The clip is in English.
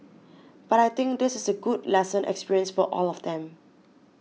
but I think this is a good lesson experience for all of them